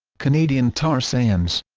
canadian tar sands